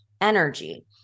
Energy